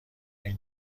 این